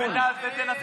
ותנסה ברביעי.